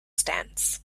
stands